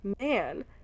man